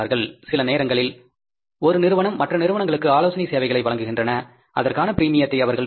சில நேரங்களில் ஒரு நிறுவனம் மற்ற நிறுவனங்களுக்கு ஆலோசனை சேவைகளை வழங்குகின்றன அதற்கான பிரீமியத்தை அவர்கள் பெறுகிறார்கள்